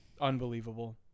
unbelievable